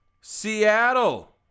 seattle